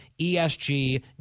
ESG